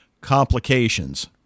complications